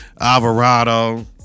Alvarado